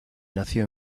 nació